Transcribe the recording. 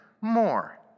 more